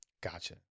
Gotcha